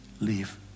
Leave